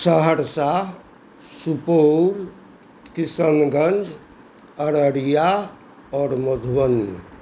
सहरसा सुपौल किशनगञ्ज अररिया आओर मधुबनी